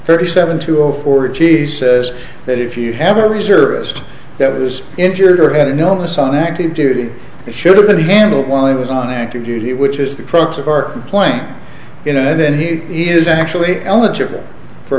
thirty seven to zero four g b says that if you have a reservist that was injured or had an illness on active duty it should have been handled while he was on active duty which is the crux of our complaint you know then he is actually eligible for